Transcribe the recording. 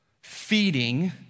feeding